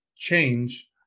change